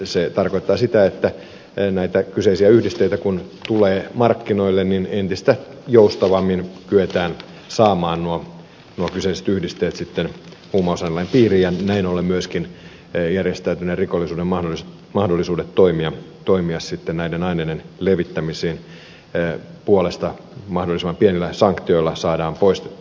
se tarkoittaa sitä että kun näitä kyseisiä yhdisteitä tulee markkinoille niin entistä joustavammin kyetään saamaan nuo kyseiset yhdisteet sitten huumausainelain piiriin ja näin ollen myöskin järjestäytyneen rikollisuuden mahdollisuudet toimia sitten näiden aineiden levittämisen puolesta mahdollisimman pienillä sanktioilla saadaan poistettua